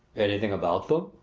anything about them?